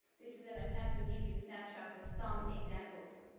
this is an attempt to give you snapshots of some examples,